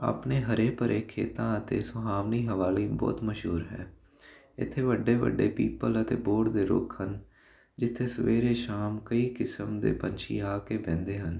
ਆਪਣੇ ਹਰੇ ਭਰੇ ਖੇਤਾਂ ਅਤੇ ਸੁਹਾਵਣੀ ਹਵਾਲੇ ਬਹੁਤ ਮਸ਼ਹੂਰ ਹੈ ਇਥੇ ਵੱਡੇ ਵੱਡੇ ਪਿੱਪਲ ਅਤੇ ਬੋਹੜ ਦੇ ਰੁੱਖ ਹਨ ਜਿੱਥੇ ਸਵੇਰੇ ਸ਼ਾਮ ਕਈ ਕਿਸਮ ਦੇ ਪੰਛੀ ਆ ਕੇ ਬਹਿੰਦੇ ਹਨ